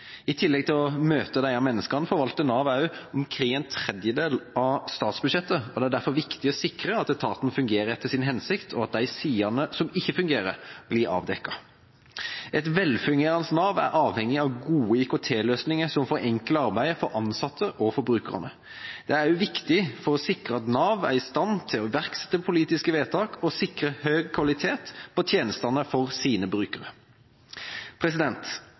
I tillegg til å møte disse menneskene forvalter Nav omkring en tredjedel av statsbudsjettet. Det er derfor viktig å sikre at etaten fungerer etter sin hensikt, og at de sidene som ikke fungerer, blir avdekket. Et velfungerende Nav er avhengig av gode IKT-løsninger som forenkler arbeidet for ansatte og for brukere. Det er viktig for å sikre at Nav er i stand til å iverksette politiske vedtak og sikre høy kvalitet på tjenestene for sine